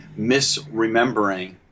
misremembering